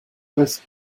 this